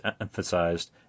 emphasized